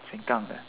sengkang there